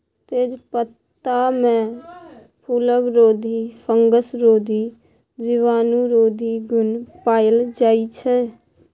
तेजपत्तामे फुलबरोधी, फंगसरोधी, जीवाणुरोधी गुण पाएल जाइ छै